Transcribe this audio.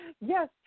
yes